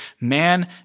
man